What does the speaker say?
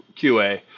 QA